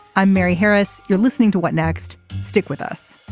i'm mary harris. you're listening to what next. stick with us